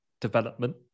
development